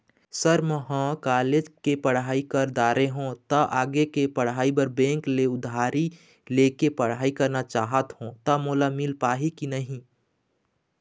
Sir म ह college के पढ़ाई कर दारें हों ता आगे के पढ़ाई बर बैंक ले उधारी ले के पढ़ाई करना चाहत हों ता मोला मील पाही की नहीं?